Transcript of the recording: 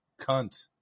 Cunt